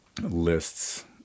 lists